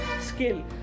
skill